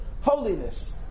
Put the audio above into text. holiness